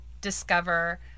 discover